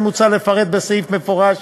כן מוצע לפרט בסעיף מפורש